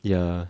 ya